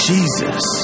Jesus